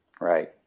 Right